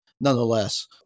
nonetheless